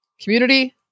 community